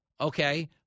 okay